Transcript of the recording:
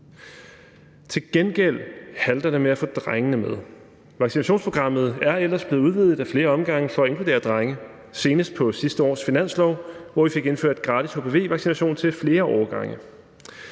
Til gengæld halter det med at få drengene med. Vaccinationsprogrammet er ellers blevet udvidet ad flere omgange for at inkludere drenge, senest på sidste års finanslov, hvor vi fik indført gratis hpv-vaccination til flere årgange.